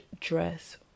dress